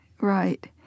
Right